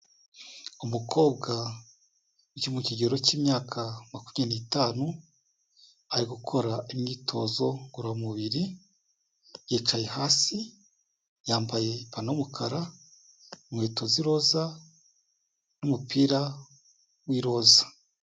Umukobwa uri mu kigero cy'imyaka makumyabiri n'itanu, ari gukora imyitozo ngororamubiri yicaye hasi, yambaye ipantaro y'umukara, inkweto z'iroza n'umupira w'iroza.